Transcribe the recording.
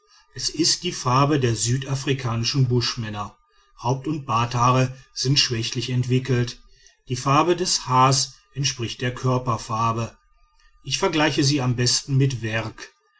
es ist die farbe der südafrikanischen buschmänner haupt und barthaar sind schwächlich entwickelt die farbe des haars entspricht der körperfarbe ich vergleiche sie am besten mit werg